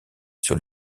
sur